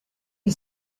you